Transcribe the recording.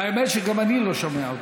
האמת היא שגם אני לא שומע אותך.